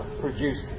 produced